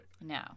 No